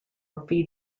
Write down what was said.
vee